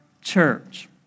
church